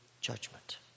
judgment